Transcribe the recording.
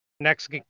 Next